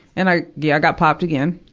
and i, yeah, i got popped again.